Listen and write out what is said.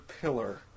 pillar